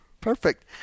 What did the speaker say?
Perfect